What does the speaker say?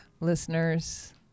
listeners